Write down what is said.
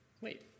Wait